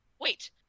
Wait